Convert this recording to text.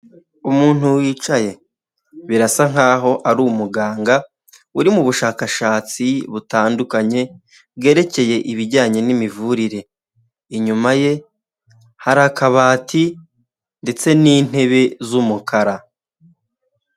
Umuntu wicaye birasa nkaho ari umuganga uri mubushakashatsi butandukanye, bwerekeye ibijyanye n'mivurire inyuma ye hakabati ndetse n'intebe z'umukara.